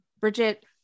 Bridget